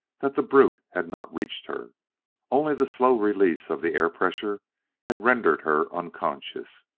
that the brute had not reached her only the slow release of the air-pressure had rendered her unconscious.